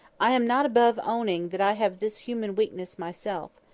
i am not above owning that i have this human weakness myself.